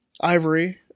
Ivory